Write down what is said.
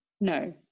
No